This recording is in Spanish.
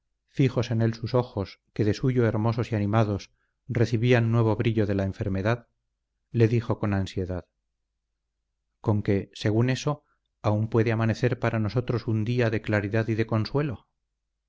fijos en él sus ojos que de suyo hermosos y animados recibían nuevo brillo de la enfermedad le dijo con ansiedad conque según eso aún puede amanecer para nosotros un día de claridad y de consuelo